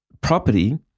property